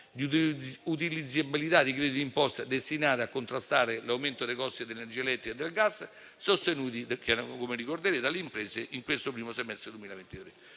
di utilizzabilità dei crediti d’imposta destinati a contrastare l’aumento dei costi dell’energia elettrica e del gas sostenuti dalle imprese in questo primo semestre 2023.